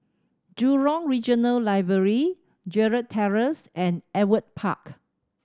Jurong Regional Library Gerald Terrace and Ewart Park